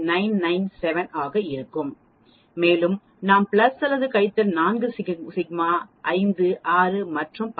997 ஆக இருக்கும் மேலும் நாம் பிளஸ் அல்லது கழித்தல் 4 சிக்மா 5 6 மற்றும் பல